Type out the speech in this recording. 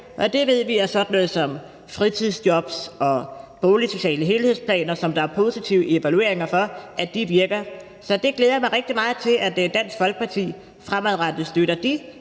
noget som fritidsjobs og boligsociale helhedsplaner, som der er positive evalueringer af virker. Så jeg glæder mig rigtig meget til, at Dansk Folkeparti fremadrettet støtter de